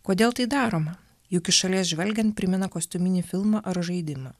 kodėl tai daroma juk iš šalies žvelgiant primena kostiuminį filmą ar žaidimą